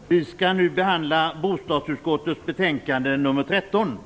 Fru talman! Vi skall nu behandla bostadsutskottets betänkande nr 13.